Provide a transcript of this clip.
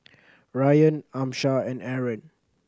Ryan Amsyar and Aaron